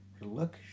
look